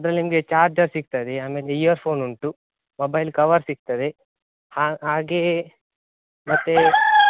ಅದ್ರಲ್ಲಿ ನಿಮಗೆ ಚಾರ್ಜರ್ ಸಿಗ್ತದೆ ಆಮೇಲೆ ಇಯರ್ ಫೋನ್ ಉಂಟು ಮೊಬೈಲ್ ಕವರ್ ಸಿಗ್ತದೆ ಹಾಗೇ ಮತ್ತೆ